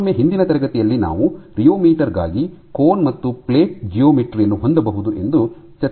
ಮತ್ತೊಮ್ಮೆ ಹಿಂದಿನ ತರಗತಿಯಲ್ಲಿ ನಾವು ರಿಯೊಮೀಟರ್ ಗಾಗಿ ಕೋನ್ ಮತ್ತು ಪ್ಲೇಟ್ ಜಿಯೋಮೆಟ್ರಿ ಯನ್ನು ಹೊಂದಬಹುದು ಎಂದು ಚರ್ಚಿಸಿದ್ದೇವೆ